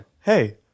Hey